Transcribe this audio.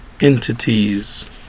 entities